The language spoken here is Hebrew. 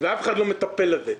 ואף אחד לא מטפל בזה.